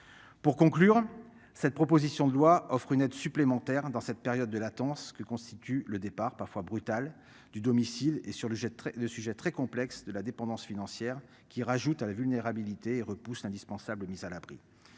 Pour conclure cette proposition de loi offre une aide supplémentaire dans cette période de latence que constitue le départ parfois brutal du domicile et sur le de sujets très complexes de la dépendance financière qui rajoute à la vulnérabilité repousse indispensable mise à l'abri